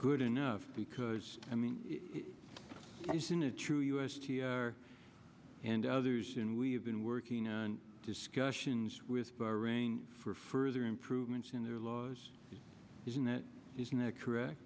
good enough because i mean isn't it true us and others and we've been working on discussions with bahrain for further improvements in their laws isn't that isn't that correct